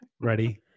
Ready